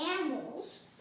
animals